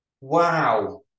Wow